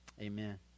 Amen